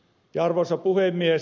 arvoisa puhemies